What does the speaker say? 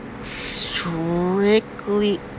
strictly